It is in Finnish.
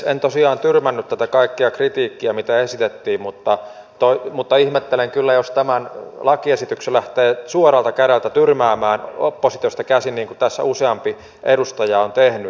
en tosiaan tyrmännyt tätä kaikkea kritiikkiä mitä esitettiin mutta ihmettelen kyllä jos tämän lakiesityksen lähtee suoralta kädeltä tyrmäämään oppositiosta käsin niin kuin tässä useampi edustaja on tehnyt